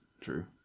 true